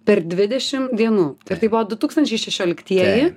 per dvidešim dienų ir tai buvo du tūkstančiai šešioliktieji